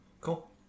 Cool